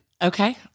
Okay